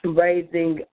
raising